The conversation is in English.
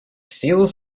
feels